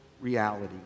reality